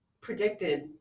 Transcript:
predicted